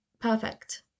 perfect